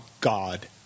God